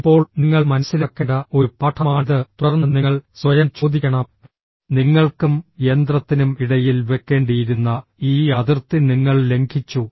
ഇപ്പോൾ നിങ്ങൾ മനസ്സിലാക്കേണ്ട ഒരു പാഠമാണിത് തുടർന്ന് നിങ്ങൾ സ്വയം ചോദിക്കണം നിങ്ങൾക്കും യന്ത്രത്തിനും ഇടയിൽ വെക്കേണ്ടിയിരുന്ന ഈ അതിർത്തി നിങ്ങൾ ലംഘിച്ചു